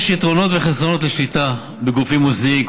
יש יתרונות וחסרונות לשליטה בגופים מוסדיים,